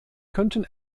könnten